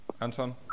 Anton